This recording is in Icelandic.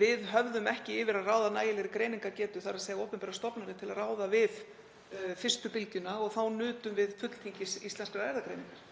Við höfðum ekki yfir að ráða nægilegri greiningargetu, þ.e. opinberar stofnanir, til að ráða við fyrstu bylgjuna, og þá nutum við fulltingis Íslenskrar erfðagreiningar.